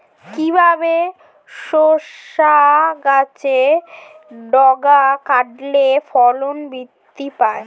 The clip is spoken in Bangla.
কিভাবে শসা গাছের ডগা কাটলে ফলন বৃদ্ধি পায়?